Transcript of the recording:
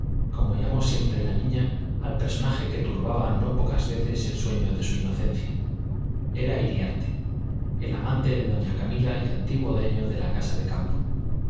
como llamó siempre la niña al personaje que turbaba no pocas veces el sueño de su inocencia era iriarte el amante de doña camila y antiguo dueño de la casa de campo